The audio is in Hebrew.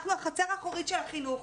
אנחנו החצר האחורית של החינוך.